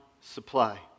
supply